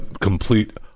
complete